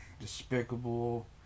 despicable